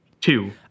two